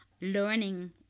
learning